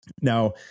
Now